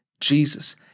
Jesus